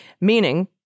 meaning